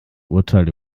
urteil